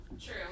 true